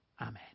Amen